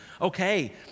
okay